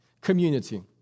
community